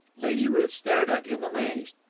lady ruth stared at him amazed.